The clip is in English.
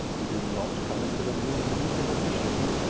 who do not come into the new needs of efficiency?